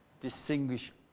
distinguish